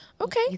Okay